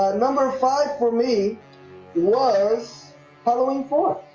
ah number five for me was halloween for